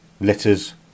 letters